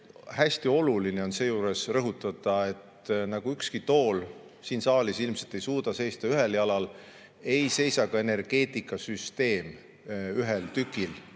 hästi oluline on seejuures rõhutada, et nagu ükski tool siin saalis ilmselt ei suuda seista ühel jalal, ei seisa energeetikasüsteem ühel tükil.